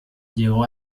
llegó